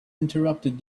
interrupted